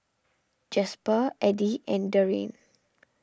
Jasper Edie and Darien